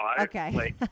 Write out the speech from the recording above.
okay